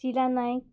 Shila Naik